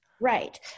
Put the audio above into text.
Right